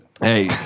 Hey